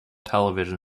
television